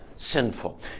sinful